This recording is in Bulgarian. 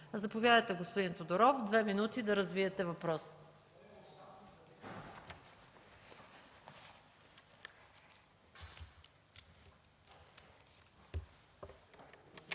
Заповядайте, господин Тодоров – две минути да развиете въпроса.